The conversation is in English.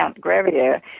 Gravier